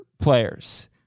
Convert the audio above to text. players